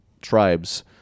tribes